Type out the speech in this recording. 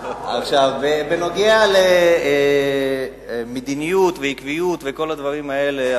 בנוגע למדיניות ועקביות וכל הדברים האלה,